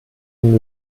dem